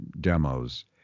demos